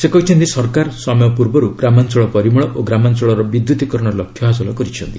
ସେ କହିଛନ୍ତି ସରକାର ସମୟ ପୂର୍ବରୁ ଗ୍ରାମାଞ୍ଚଳ ପରିମଳ ଓ ଗ୍ରାମାଞ୍ଚଳର ବିଦ୍ୟୁତିକରଣ ଲକ୍ଷ୍ୟ ହାସଲ କରିଛନ୍ତି